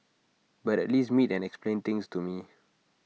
but at least meet and explain things to me